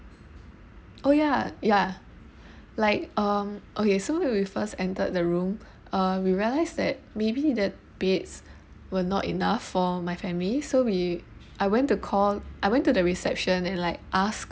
oh ya ya like um okay so when we first entered the room uh we realise that maybe the beds were not enough for my family so we I went to call I went to the reception and like ask